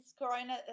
corona